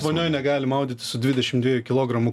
vonioj negali maudytis su dvidešim dviejų kilogramų